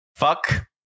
Fuck